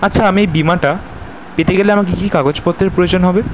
আচ্ছা আমি এই বিমাটা পেতে গেলে আমার কী কী কাগজপত্রের প্রয়োজন হবে